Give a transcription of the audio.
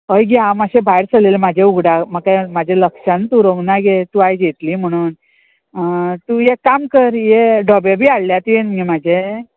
हय गे हांव मातशे भायर सरलेले म्हाजे उगडाक म्हाका म्हाजे लक्षान उरोंक ना गे तूं आयज येतली म्हणून तूं एक काम कर हे डोबे बी हाडल्या तूं मगे म्हाजे